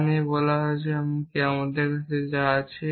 তা নিয়ে কথা বলা হচ্ছে এমনকি আমাদের কাছে যা আছে